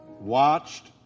watched